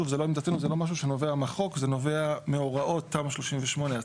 וזה מה שנובע מהוראות תמ"א38,